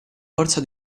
forza